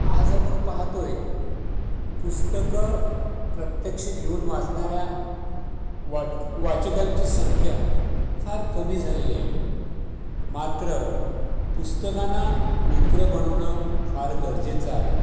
आज आपण पाहतोय पुस्तकं प्रत्यक्ष घेऊन वाचणाऱ्या वाच वाचकांची संख्या फार कमी झालेली आहे मात्र पुस्तकांना मित्र बनवणं फार गरजेचं आहे